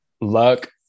luck